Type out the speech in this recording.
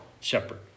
shepherd